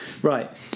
Right